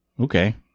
Okay